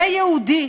ויהודית,